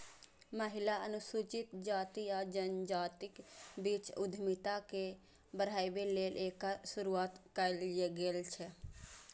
महिला, अनुसूचित जाति आ जनजातिक बीच उद्यमिता के बढ़ाबै लेल एकर शुरुआत कैल गेल छै